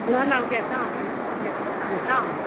ना ना हांव घेता हांव एक्शन घेता सांगता हांव